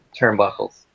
turnbuckles